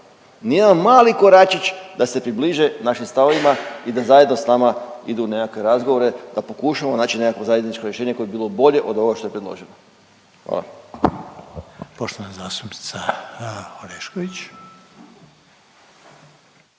ni jedan mali koračić da se približe našim stavovima i da zajedno s nama idu u nekakve razgovore da pokušamo naći nekakvo zajedničko rješenje koje bi bilo bolje od ovoga što je predloženo. Hvala. **Reiner, Željko